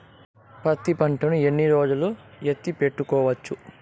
పత్తి పంటను ఎన్ని రోజులు ఎత్తి పెట్టుకోవచ్చు?